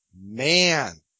man